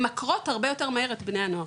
ממכרות הרבה יותר מהר את בני הנוער.